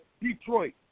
Detroit